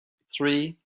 three